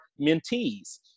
mentees